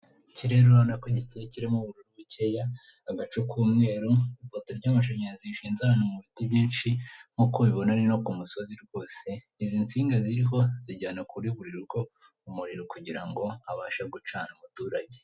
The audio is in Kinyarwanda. Ikirere urabona ko gikeye kirimo ubururu bukeya, agacu k'umweru, ipoto ry'amashanyarazi rishinze ahantu mu biti byinshi, nkuko ubibona ni no ku musozi rwose, izi nsinga ziriho zijyana kuri buri rugo umuriro kugira ngo abashe gucana umuturage.